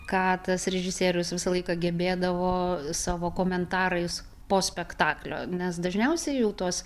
ką tas režisierius visą laiką gebėdavo savo komentarais po spektaklio nes dažniausiai jau tuos